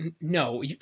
no